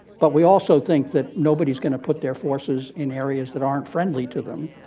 but we also think that nobodys going to put their forces in areas that arent friendly to them.